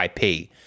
IP